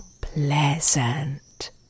pleasant